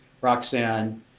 Roxanne